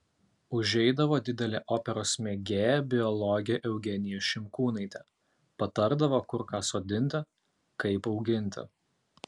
užeidavo didelė operos mėgėja biologė eugenija šimkūnaitė patardavo kur ką sodinti kaip auginti